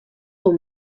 wol